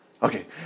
Okay